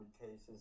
cases